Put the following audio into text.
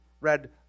read